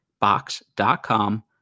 box.com